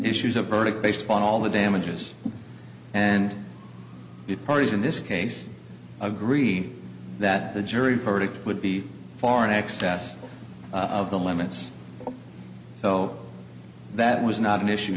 issues a verdict based upon all the damages and the parties in this case agreed that the jury verdict would be far in excess of the limits so that was not an issue